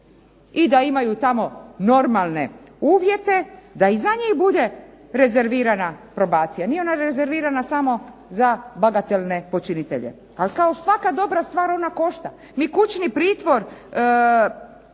i da imaju tamo normalne uvjete, da i za njih bude rezervirana probacija. Nije ona rezervirana samo za bagatelne počinitelje, ali kao svaka dobra stvar ona košta. Mi kućni pritvor,